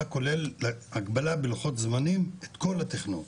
ולכלול הגבלה בלוחות זמנים של כל התכנון.